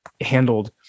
handled